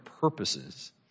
purposes